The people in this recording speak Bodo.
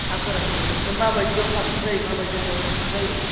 हा गोरा गुरै दं ओमफ्राय मा बायदियाव साबसिन जायो मा बायदि हायाव साबसिन जायो